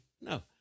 no